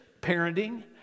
parenting